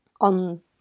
on